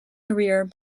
career